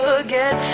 again